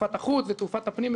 תעופת החוץ ותעופת הפנים,